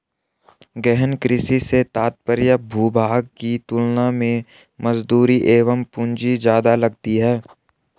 गहन कृषि से तात्पर्य भूभाग की तुलना में मजदूरी एवं पूंजी ज्यादा लगती है